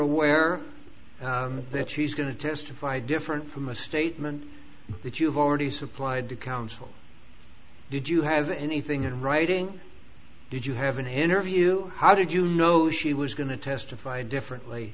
aware that she's going to testify different from the statement that you've already supplied to counsel did you have anything in writing did you have an interview how did you know she was going to testify differently